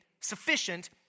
sufficient